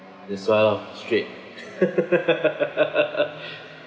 that's why loh straight